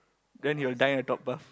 then he'll die in the top path